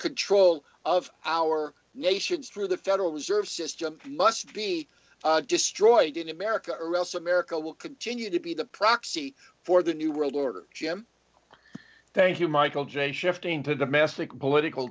control of our nations through the federal reserve system must be destroyed in america or else america will continue to be the proxy for the new world order jim thank you michael j shifting to domestic political